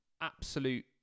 Absolute